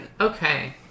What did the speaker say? Okay